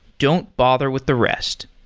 don't bother with the rest.